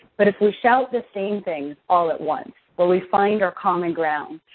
but if we shout the same things all at once, or we find our common ground,